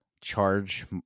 charge